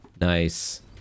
Nice